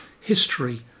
history